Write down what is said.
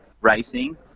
racing